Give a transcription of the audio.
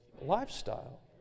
lifestyle